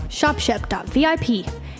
ShopShep.vip